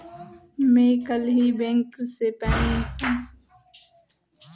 मैं कल ही बैंक से पेंशन के पैसे निकलवा के लाया हूँ